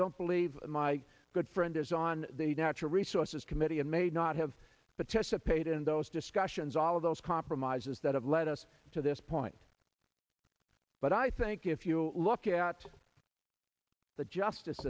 don't believe my good friend is on the natural resources committee and may not have but tessa paid in those discussions all of those compromises that have led us to this point but i think if you look at the justice